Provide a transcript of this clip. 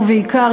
ובעיקר,